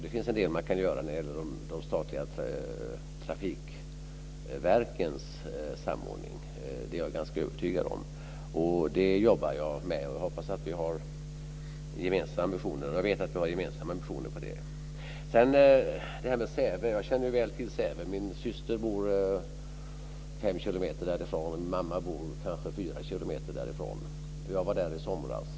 Det finns en del som man kan göra när det gäller de statliga trafikverkens samordning; det är jag ganska övertygad om. Det jobbar jag med och jag vet att vi har gemensamma ambitioner där. Jag känner väl till Säve. Min syster bor fem och min mamma kanske fyra kilometer därifrån. I somras var jag där.